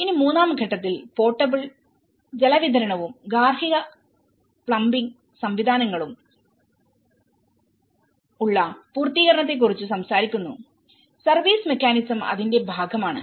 ഇനി മൂന്നാം ഘട്ടത്തിൽപോർട്ടബിൾ ജലവിതരണവും ഗാർഹിക പ്ലംബിംഗ് സംവിധാനങ്ങളും ഉള്ള പൂർത്തീകരണത്തെക്കുറിച്ച് സംസാരിക്കുന്നുസർവീസ് മെക്കാനിസം അതിന്റെ ഭാഗമാണ്